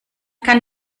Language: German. kann